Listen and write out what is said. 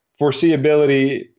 foreseeability